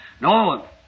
no